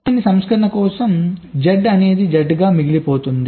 తప్పు లేని సంస్కరణ కోసం Z అనేది Z గా మిగిలిపోతుంది